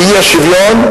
באי-שוויון,